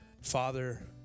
father